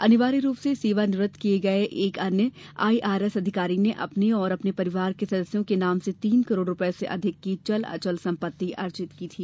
अनिवार्य रूप से सेवा निवृत्त किए गए एक अन्य आईआरएस अधिकारी ने अपने और अपने परिवार के सदस्यों के नाम से तीन करोड़ रूपये से अधिक की चल अचल सम्पत्ति अर्जित की थी